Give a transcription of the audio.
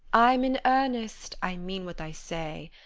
i'm in earnest i mean what i say.